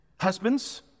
husbands